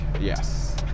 Yes